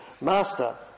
master